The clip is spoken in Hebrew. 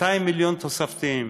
200 מיליון תוספתיים,